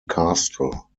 castle